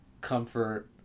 comfort